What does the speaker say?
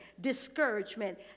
discouragement